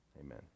amen